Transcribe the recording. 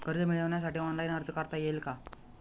कर्ज मिळविण्यासाठी ऑनलाइन अर्ज करता येईल का?